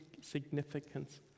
Significance